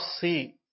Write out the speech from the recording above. see